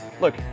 look